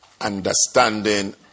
understanding